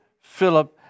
Philip